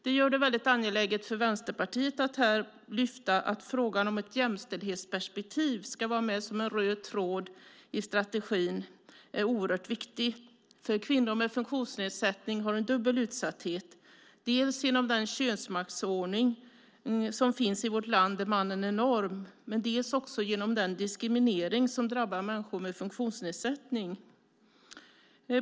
Det gör det mycket angeläget för Vänsterpartiet att lyfta fram att ett jämställdhetsperspektiv ska vara med som en röd tråd i strategin. Det är oerhört viktigt, för kvinnor med funktionsnedsättning har en dubbel utsatthet, dels genom den könsmaktsordning som finns i vårt land och där mannen är norm, dels genom den diskriminering som drabbar människor med funktionsnedsättning.